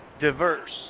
diverse